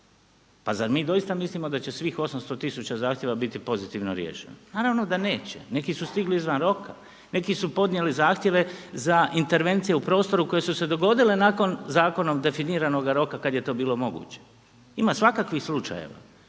Pa zar mi doista mislimo da će svih 800 tisuća zahtijeva biti pozitivno riješeno. Naravno da neće. Neki su stigli izvan roka, neki su podnijeli zahtjeve za intervencije u prostoru koje su se dogodile nakon zakonom definiranoga roka kad je to bilo moguće. Ima svakakvih slučajeva.